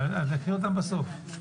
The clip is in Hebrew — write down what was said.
אז נקריא אותן בסוף.